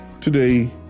Today